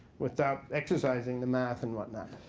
without exercising the math and whatnot.